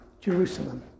Jerusalem